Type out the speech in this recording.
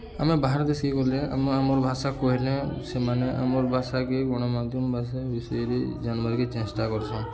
ଆମେ ବାହାର୍ ଦେଶ୍କେ ଗଲେ ଆମେ ଆମର୍ ଭାଷା କହେଲେ ସେମାନେ ଆମର୍ ଭାଷାକେ ଗଣ୍ମାଧ୍ୟମ୍ ଭାଷା ବିଷୟରେ ଯାନ୍ବାର୍କେ ଚେଷ୍ଟା କର୍ସନ୍